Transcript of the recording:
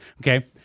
Okay